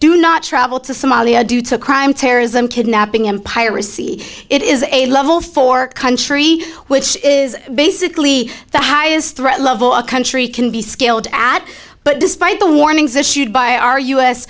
do not travel to somalia due to crime terrorism kidnapping and piracy it is a level four country which is basically the highest threat level a country can be scaled at but despite the warnings issued by our u